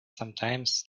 sometimes